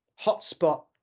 hotspot